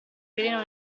veleno